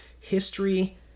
history